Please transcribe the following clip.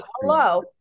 hello